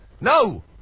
No